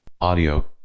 Audio